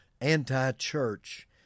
anti-church